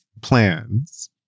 plans